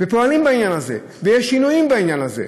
פועלים בעניין הזה, ויש שינויים בעניין הזה,